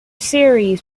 series